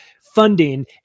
funding